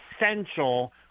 essential